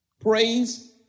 Praise